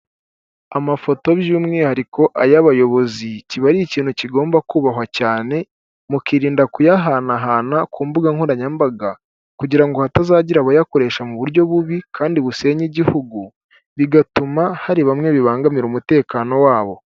Amafoto by'umwihariko ay'abayobozi, kiba ari ikintu kigomba kubahwa cyane mukirinda kuyahanahana ku mbuga nkoranyambaga kugira ngo hatazagira abayakoresha mu buryo bubi kandi busenya igihugu, bigatuma hari bamwe bibangamira umutekano wabo.